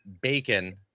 bacon